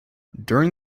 during